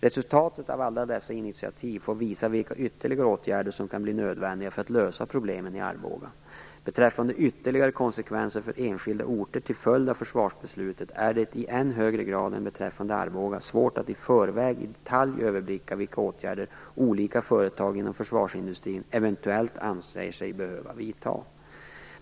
Resultatet av alla dessa initiativ får visa vilka ytterligare åtgärder som kan bli nödvändiga för att lösa problemen i Arboga. Beträffande ytterligare konsekvenser för enskilda orter till följd av försvarsbeslutet är det, i än högre grad än beträffande Arboga, svårt att i förväg i detalj överblicka vilka åtgärder olika företag inom försvarsindustrin eventuellt anser sig behöva vidta.